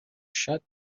shut